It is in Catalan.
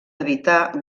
evitar